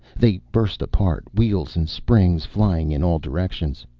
they burst apart, wheels and springs flying in all directions.